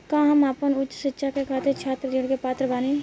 का हम आपन उच्च शिक्षा के खातिर छात्र ऋण के पात्र बानी?